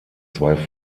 zwei